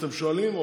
כשאתם שואלים,